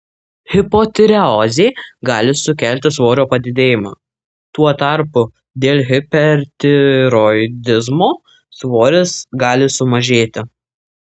hipotireozė gali sukelti svorio padidėjimą tuo tarpu dėl hipertiroidizmo svoris gali sumažėti